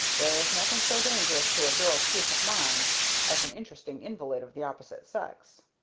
there's nothing so dangerous to a girl's peace of mind as an interesting invalid of the opposite sex.